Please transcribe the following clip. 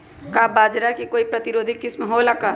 का बाजरा के कोई प्रतिरोधी किस्म हो ला का?